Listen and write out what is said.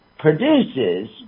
produces